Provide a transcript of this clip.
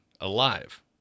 alive